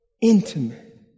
intimate